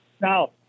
Now